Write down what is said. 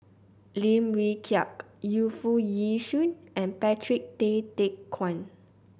Lim Wee Kiak Yu Foo Yee Shoon and Patrick Tay Teck Guan